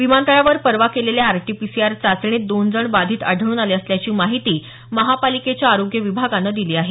विमानतळावर परवा केलेल्या आरटीपीसीआर चाचणीत दोन जण बाधित आढळून आले असल्याची माहिती महापालिकेच्या आरोग्य विभागानं दिली आहे